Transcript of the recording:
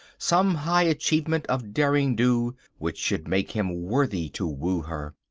some high achievement of deringdo which should make him worthy to woo her.